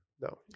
no